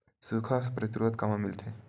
सुखा प्रतिरोध कामा मिलथे?